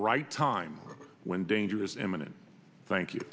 right time when dangerous eminent thank you